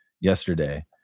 yesterday